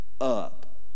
up